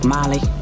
Molly